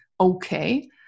okay